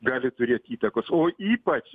gali turėt įtakos o ypač